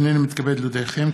הינני מתכבד להודיעכם,